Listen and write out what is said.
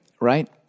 right